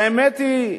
והאמת היא,